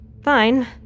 Fine